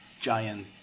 giant